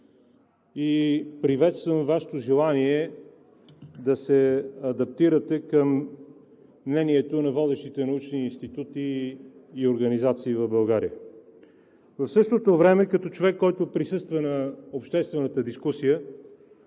и приветствам Вашето желание да се адаптирате към мнението на водещите научни институти и организации в България. В същото време като човек, който присъства на обществената дискусия,